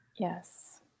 Yes